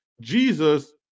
Jesus